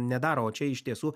nedaro o čia iš tiesų